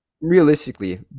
realistically